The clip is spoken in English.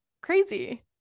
crazy